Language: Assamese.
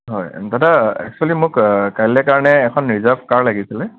হয় দাদা এক্সুৱেলি মোক কাইলৈ কাৰণে এখন ৰিজাৰ্ভ কাৰ লাগিছিল